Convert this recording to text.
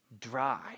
dry